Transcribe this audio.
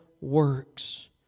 works